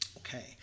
Okay